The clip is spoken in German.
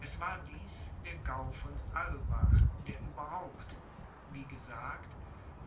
es war dies der gau von alba der ueberhaupt wie gesagt